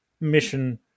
mission